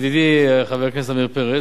ידידי חבר הכנסת עמיר פרץ,